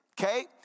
Okay